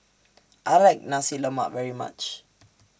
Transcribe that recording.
I like Nasi Lemak very much